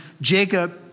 Jacob